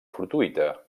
fortuïta